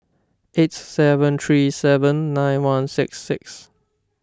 eight seven three seven nine one six six